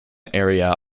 area